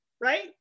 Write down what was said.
right